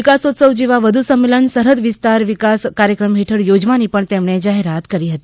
વિકાસોત્સવ જેવા વધુ સંમેલન સરહદ વિસ્તાર વિકાસ કાર્યક્રમ હેઠળ યોજવાની પણ જાહેરાત કરી હતી